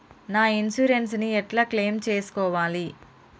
నా ఇన్సూరెన్స్ ని ఎట్ల క్లెయిమ్ చేస్కోవాలి?